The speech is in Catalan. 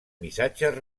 missatges